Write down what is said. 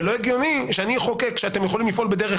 אבל לא הגיוני שאני אחוקק כשאתם יכולים לפעול בדרך